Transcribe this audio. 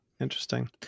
Interesting